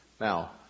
Now